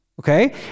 Okay